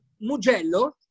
Mugello